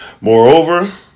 Moreover